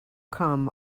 come